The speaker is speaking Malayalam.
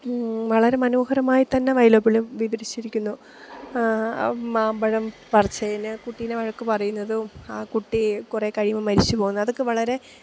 വളരെ മനോഹരമായി തന്നെ വൈലൊപ്പള്ളി വിവരിച്ചിരിക്കുന്നു മാമ്പഴം പറിച്ചതിന് കുട്ടീനെ വഴക്ക് പറയുന്നതും ആ കുട്ടി കുറെ കഴിയുമ്പോൾ മരിച്ച് പോകുന്നു അതൊക്കെ വളരെ